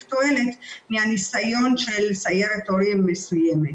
תועלת מהניסיון של סיירת הורים מסוימת.